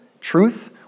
truth